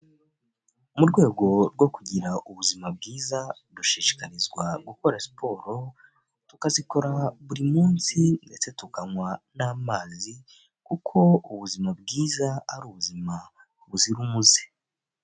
Mu rwego rwo kugira ubuzima bwiza; dushishikarizwa gukora siporo; tukazikora buri munsi ndetse tukanywa n'amazi; kuko ubuzima bwiza ari ubuzima buzira umuze.